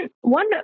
one